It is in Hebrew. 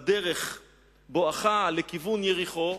בדרך בואכה לכיוון יריחו,